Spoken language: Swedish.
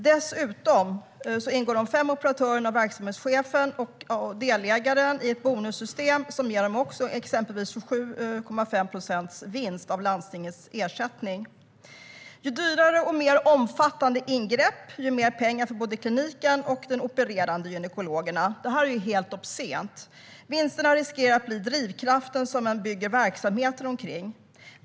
Dessutom ingår de fem operatörerna, däribland verksamhetschefen och delägaren, i ett bonussystem som i vissa fall ger dem 27,5 procent av landstingets ersättning. Ju dyrare och mer omfattande ingrepp, desto mer pengar till både kliniken och de opererande gynekologerna. Detta är ju helt obscent. Vinsterna riskerar att bli drivkraften som man bygger verksamheten omkring.